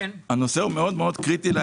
הנושא מאוד קריטי.